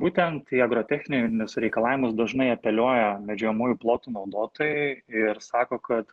būtent į agrotechninius reikalavimus dažnai apeliuoja medžiojamųjų plotų naudotojai ir sako kad